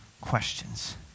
questions